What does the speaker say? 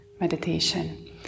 meditation